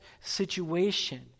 situation